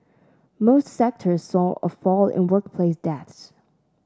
most sectors saw a fall in workplace deaths